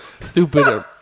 stupid